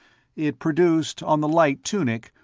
it produced, on the light tunic,